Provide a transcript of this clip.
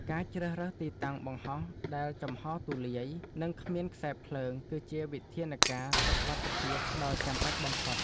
ការជ្រើសរើសទីតាំងបង្ហោះដែលចំហរទូលាយ និងគ្មានខ្សែភ្លើង គឺជាវិធានការសុវត្ថិភាពដ៏ចាំបាច់បំផុត។